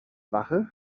wache